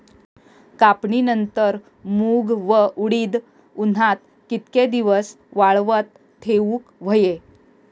कापणीनंतर मूग व उडीद उन्हात कितके दिवस वाळवत ठेवूक व्हये?